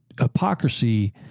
hypocrisy